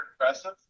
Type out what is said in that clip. impressive